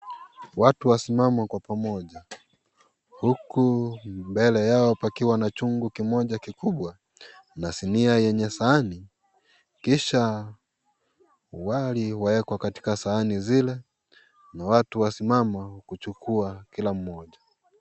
Watu wasimama kwa pamoja huku mbele yao pakiwa na chungu kimoja kikubwa na sinia yenye sahani kisha wali waekwa katika sahani zile na watu husimama kuchuka kila mmoja.